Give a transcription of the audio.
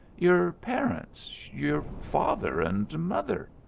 your parents your father and mother?